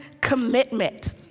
commitment